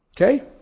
Okay